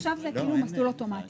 עכשיו זה כאילו מסלול אוטומטי,